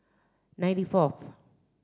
ninety fourth